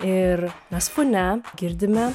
ir mes fone girdimi